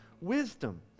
wisdom